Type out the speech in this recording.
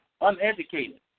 uneducated